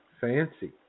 Fancy